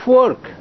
work